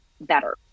better